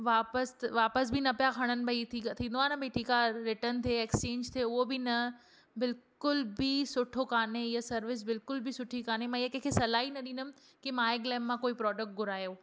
वापस वापस बि न पिया खणनि भई थींदो आहे न भई ठीक आहे रिटर्न थिए एक्सचेंज थिए उहो बि न बिलकुल बि सुठो काने हीअ सर्विस बिलकुल बि सुठी काने मां हीअ कंहिं खे सलाह ई न ॾींदमि कि मायग्लैम मां कोइ प्रोडक्ट घुरायो